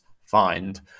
find